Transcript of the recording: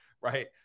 right